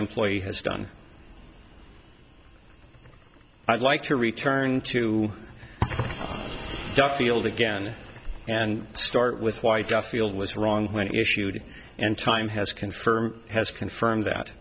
employee has done i'd like to return to duffield again and start with why duffield was wrong when issued and time has confirmed has confirmed that